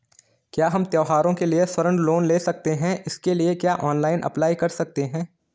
क्या हम त्यौहारों के लिए स्वर्ण लोन ले सकते हैं इसके लिए क्या ऑनलाइन अप्लाई कर सकते हैं?